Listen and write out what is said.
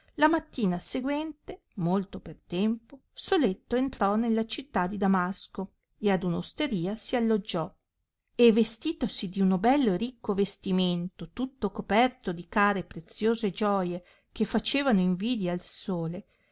la mattina seguente molto per tempo soletto entrò nella città di damasco e ad un'osteria si alloggiò e vestitosi di uno bello e ricco vestimento tutto coperto di care e preziose gioie che facevano invidia al sole